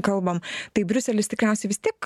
kalbam tai briuselis tikriausiai vis tiek